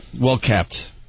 Well-kept